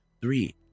Three